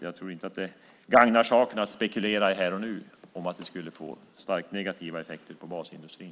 Jag tror inte att det gagnar saken att spekulera här och nu om att det skulle få starkt negativa effekter på basindustrin.